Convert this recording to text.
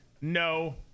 No